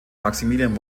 maximilian